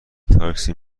تاکسی